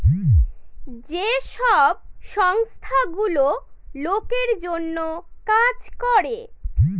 যে সব সংস্থা গুলো লোকের জন্য কাজ করে